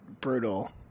Brutal